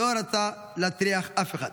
הוא לא רצה להטריח אף אחד.